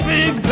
Big